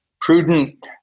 prudent